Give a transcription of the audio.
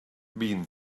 been